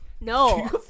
No